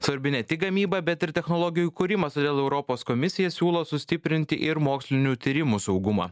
svarbi ne tik gamyba bet ir technologijų kūrimas todėl europos komisija siūlo sustiprinti ir mokslinių tyrimų saugumą